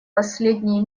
последние